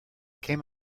came